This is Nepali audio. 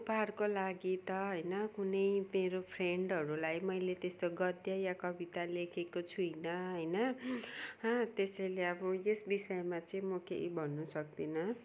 उपहारको लागि त होइन कुनै मेरो फ्रेन्डहरूलाई मैले त्यस्तो गद्य या कविता लेखेको छुइनँ होइन त्यसैले अब यस विषयमा चाहिँ म केही भन्नु सक्दिनँ